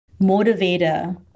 motivator